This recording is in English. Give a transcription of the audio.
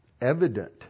evident